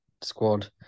squad